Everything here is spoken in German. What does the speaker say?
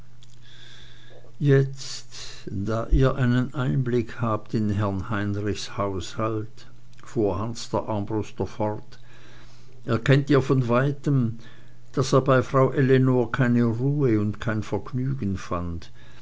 jetzt da ihr einen einblick habt in herrn heinrichs haushalt fuhr hans der armbruster fort erkennt ihr von weitem daß er bei frau ellenor keine ruhe und kein vergnügen fand